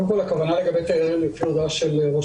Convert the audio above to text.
הכוונה לגבי תיירים לפי הודעת ראש